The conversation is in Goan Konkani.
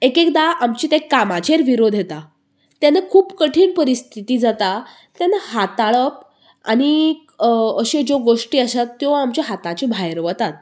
एक एकदां आमचें तें कामाचेर विरोध येता तेन्ना खूब कठीण परिस्थिती जाता तेन्ना हाताळप आनीक अश्यो ज्यो गोश्टीं आसा त्यो आमच्या हाताच्या भायर वतात